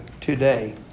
today